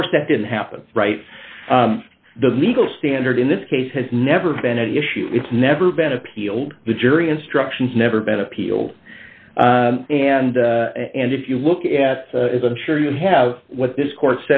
of course that didn't happen right the legal standard in this case has never been an issue it's never been appealed the jury instructions never been appealed and and if you look at as i'm sure you have what this court